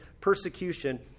persecution